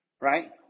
right